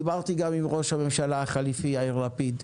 דיברתי גם עם ראש הממשלה החליפי, יאיר לפיד.